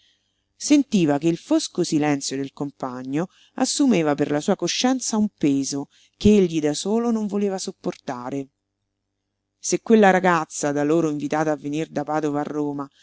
sentiva che il fosco silenzio del compagno assumeva per la sua coscienza un peso che egli da solo non voleva sopportare se quella ragazza da loro invitata a venir da padova a roma